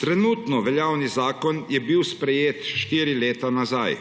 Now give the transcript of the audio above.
Trenutno veljavni zakon je bil sprejet štiri leta nazaj.